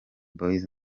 boys